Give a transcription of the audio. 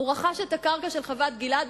הוא רכש את הקרקע של חוות-גלעד.